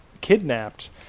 kidnapped